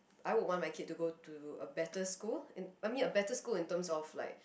I would want my kid to go to a better school in I mean a better school in terms of like